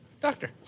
doctor